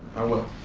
i will.